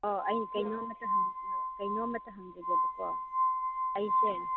ꯑꯧ ꯀꯩꯅꯣꯃꯇ ꯍꯪꯖꯒꯦꯕꯀꯣ ꯑꯩꯁꯦ